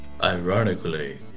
Ironically